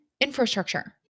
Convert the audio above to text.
infrastructure